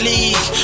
League